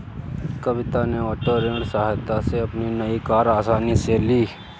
कविता ने ओटो ऋण की सहायता से अपनी नई कार आसानी से ली